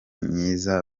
myiza